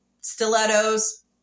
stilettos